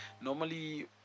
normally